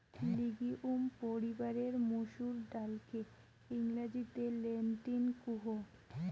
legume পরিবারের মসুর ডালকে ইংরেজিতে লেন্টিল কুহ